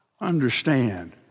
understand